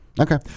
Okay